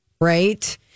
Right